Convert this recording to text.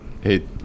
hey